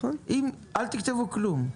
אל תכתבו כלום.